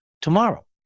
tomorrow